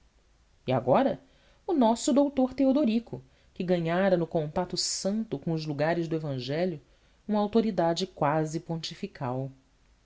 e agora o nosso doutor teodorico que ganhara no contato santo com os lugares do evangelho uma autoridade quase pontifical